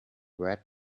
red